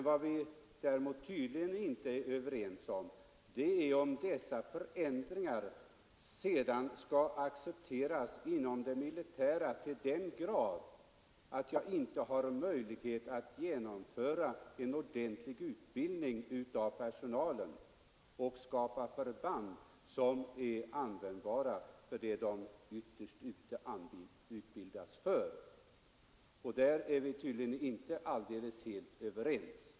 Vad vi däremot tydligen inte är överens om är huruvida dessa förändringar sedan skall accepteras inom det militära till den grad att man inte har någon möjlighet att genomföra en ordentlig utbildning av personalen och skapa förband som är användbara för det som de ytterst utbildas för. Där är vi tydligen inte av samma mening.